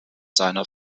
seiner